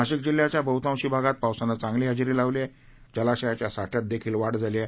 नाशिक जिल्ह्याच्या बहुतांशी भागात पावसाने चांगली हजेरी लावली त्यामुळे जलाशयाच्या साठ्यात देखील वाढ झाली आहे